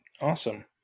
Awesome